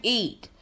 eat